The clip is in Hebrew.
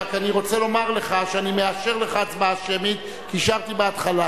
רק אני רוצה לומר לך שאני מאשר לך הצבעה שמית כי אישרתי בהתחלה,